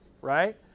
right